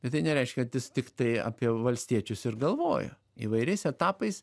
bet tai nereiškia kad jis tiktai apie valstiečius ir galvojo įvairiais etapais